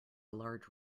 large